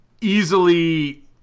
easily